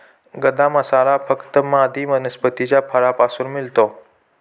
गदा मसाला फक्त मादी वनस्पतीच्या फळापासून मिळतो